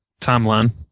timeline